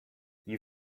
you